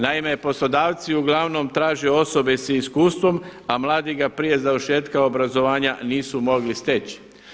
Naime, poslodavci uglavnom traže osobe sa iskustvom, a mladi ga prije završetka obrazovanja nisu mogli steći.